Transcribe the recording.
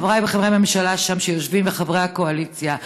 חבריי וחברי הממשלה שם שיושבים וחברי הקואליציה: